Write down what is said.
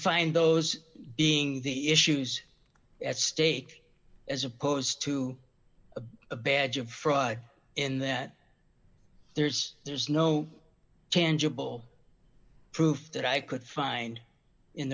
find those being the issues at stake as opposed to a badge of pride in that there's there's no tangible proof that i could find in